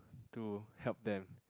to help them